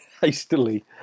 hastily